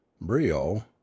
brio